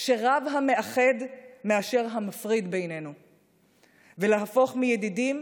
שרב המאחד בינינו מאשר המפריד ולהפוך מידידים,